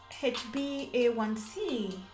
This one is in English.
hba1c